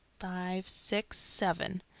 five, six, seven.